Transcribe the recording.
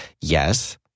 Yes